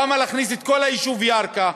למה להכניס את כל היישוב ירכא,